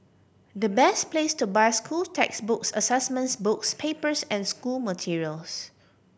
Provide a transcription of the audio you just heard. the best place to buy school textbooks assessments books papers and school materials